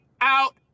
out